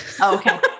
Okay